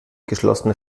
geschlossene